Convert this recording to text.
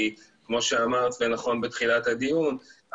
כי כמו שאמרת ונכון בתחילת הדיון,